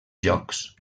jocs